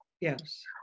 Yes